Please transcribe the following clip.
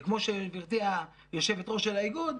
וכמו שגברתי יושבת-ראש האיגוד.